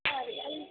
ಹಾಂ ರಿ ಅಲ್ಲಿ